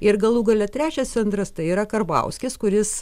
ir galų gale trečias centras tai yra karbauskis kuris